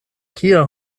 kia